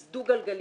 אז דו גלגלי,